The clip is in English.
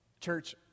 church